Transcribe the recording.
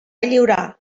lliurar